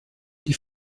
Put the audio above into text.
die